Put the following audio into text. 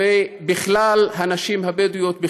והנשים הבדואיות בכלל,